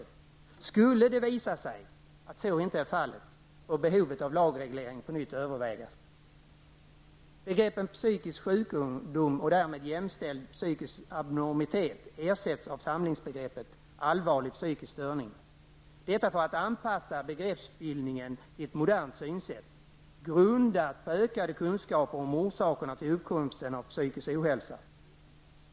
Om det skulle visa sig att så inte är fallet, får behovet av lagreglering på nytt övervägas. Begreppet psykisk sjukdom och därmed jämställd psykisk abnormitet ersätts av samlingsbegreppet allvarlig psykisk störning -- detta för att anpassa begreppsbildningen till ett modernt synsätt, som är grundat på ökade kunskaper om orsakerna till uppkomsten av psykisk ohälsa.